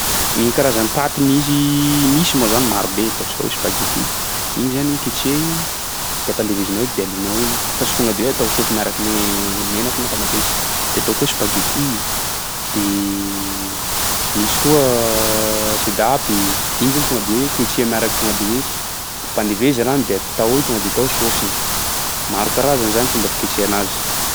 Gny karazany paty misy misy moa zany maro be, ataontsika hoe spaghetti. Igny zany ketreha igny, de ampandevezinao eky de alona eo i fa tsy tonga de atao saosy miaraka amin'ny menaky na tamatesy, de atao koa spaghetti. De misy koa sedaap, igny zany tonga de hoe ketreha miaraky tonga de hoe ampandevezy rano de atao io tonga de atao saosiny, maro karazany zany fomba fiketreha anazy.